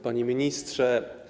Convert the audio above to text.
Panie Ministrze!